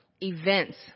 Events